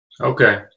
Okay